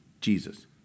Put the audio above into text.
Jesus